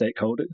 stakeholders